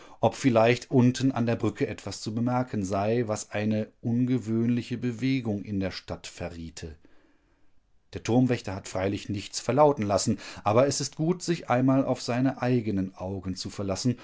ob vielleicht unten an der brücke etwas zu bemerken sei was eine ungewöhnliche bewegung in der stadt verriete der turmwächter hat freilich nichts verlauten lassen aber es ist gut sich einmal auf seine eigenen augen zu verlassen